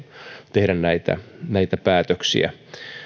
tehdä näitä näitä päätöksiä